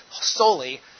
solely